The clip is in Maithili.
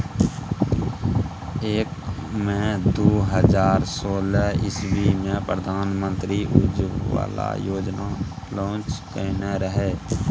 एक मइ दु हजार सोलह इस्बी मे प्रधानमंत्री उज्जवला योजना लांच केने रहय